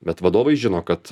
bet vadovai žino kad